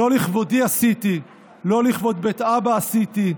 "לא לכבודי עשיתי ולא לכבוד בית אבא עשיתי,